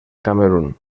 camerún